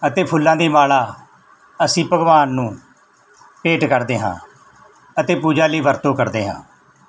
ਅਤੇ ਫੁੱਲਾਂ ਦੀ ਮਾਲਾ ਅਸੀਂ ਭਗਵਾਨ ਨੂੰ ਭੇਟ ਕਰਦੇ ਹਾਂ ਅਤੇ ਪੂਜਾ ਲਈ ਵਰਤੋਂ ਕਰਦੇ ਹਾਂ